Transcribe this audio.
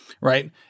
right